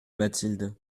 mathilde